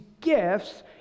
gifts